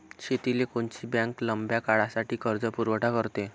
शेतीले कोनची बँक लंब्या काळासाठी कर्जपुरवठा करते?